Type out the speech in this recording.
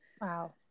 Wow